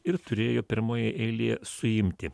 ir turėjo pirmoje eilėje suimti